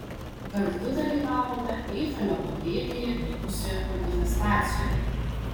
kartu dalyvavome eifelio papėdėje vykusioje manifestacijoje